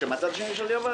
כשמן הצד השני יש עלייה.